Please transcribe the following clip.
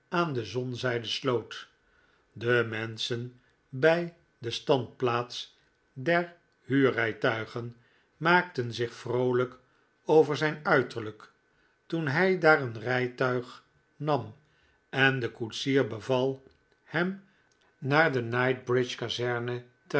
aan de zonzijde sloot de menschen bij de standplaats der huurrijtuigen maakten zich vroolijk over zijn uiterlijk toen hij daar een rijtuig nam en den koetsier beval hem naar de knightsbridge kazerne te